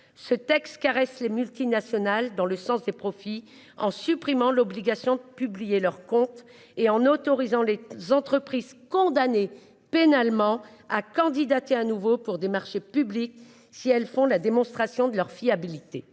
ce texte caresse les multinationales dans le sens des profits en supprimant l'obligation de publier leurs comptes et en autorisant les entreprises condamnées pénalement à candidater à nouveau pour des marchés publics. Si elles font la démonstration de leur fiabilité.